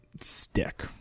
stick